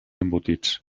embotits